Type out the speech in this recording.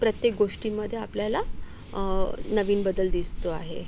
प्रत्येक गोष्टींमध्ये आपल्याला नवीन बदल दिसतो आहे